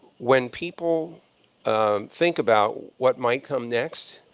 when people um think about what might come next,